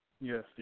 yes